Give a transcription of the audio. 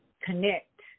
connect